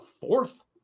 fourth